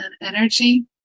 energy